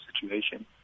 situation